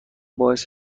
باعث